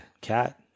cat